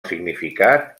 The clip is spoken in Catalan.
significat